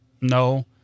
No